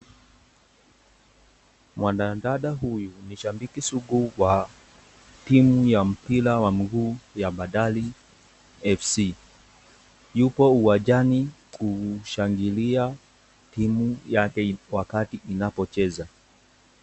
Mwanadada huyu ni shabiki sugu wa timu ya mpira wa mguu ya Bandari FC. Yupo uwanjani kushangilia timu yake wakati inapocheza.